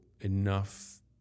enough